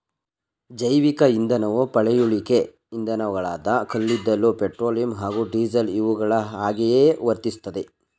ಜೈವಿಕ ಇಂಧನವು ಪಳೆಯುಳಿಕೆ ಇಂಧನಗಳಾದ ಕಲ್ಲಿದ್ದಲು ಪೆಟ್ರೋಲಿಯಂ ಹಾಗೂ ಡೀಸೆಲ್ ಇವುಗಳ ಹಾಗೆಯೇ ವರ್ತಿಸ್ತದೆ